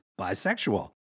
bisexual